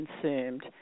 consumed